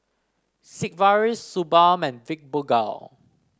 Sigvaris Suu Balm and Fibogel